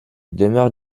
demeure